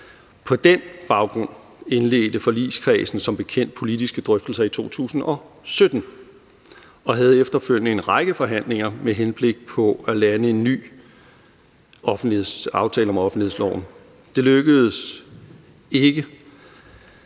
På den baggrund indledte forligskredsen som bekendt politiske drøftelser i 2017 og havde efterfølgende en række forhandlinger med henblik på at lande en ny aftale om offentlighedsloven. Det lykkedes ikke